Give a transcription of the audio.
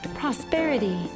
Prosperity